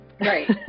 right